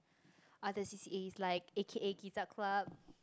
other C_C_As like A_K_A guitar club